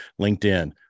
LinkedIn